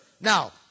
now